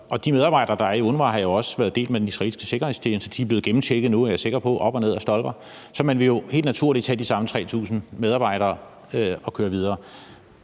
de medarbejdere, der er i UNRWA, har jo også været delt med den israelske sikkerhedstjeneste; de er blevet gennemtjekket op og ned ad stolper nu, er jeg sikker på. Så man vil jo helt naturligt tage de samme 3.000 medarbejdere og køre videre.